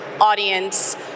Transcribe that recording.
audience